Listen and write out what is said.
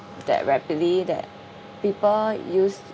that rapidly that people use